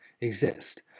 exist